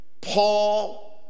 Paul